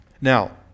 now